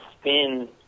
Spin